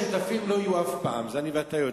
שותפים לא יהיו אף פעם, את זה אני ואתה יודעים.